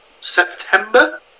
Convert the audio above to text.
September